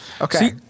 Okay